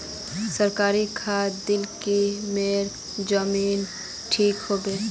सरकारी खाद दिल की मोर जमीन ठीक होबे?